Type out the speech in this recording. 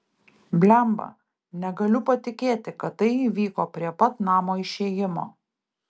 blemba negaliu patikėti kad tai įvyko prie pat namo išėjimo